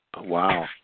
Wow